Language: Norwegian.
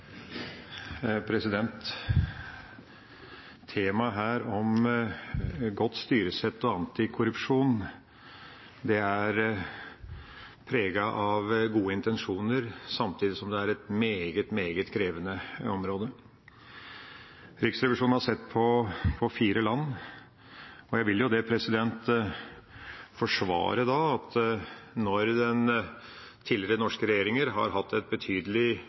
av gode intensjoner, samtidig som det er et meget, meget krevende område. Riksrevisjonen har sett på fire land, og jeg vil forsvare at når tidligere norske regjeringer har hatt et betydelig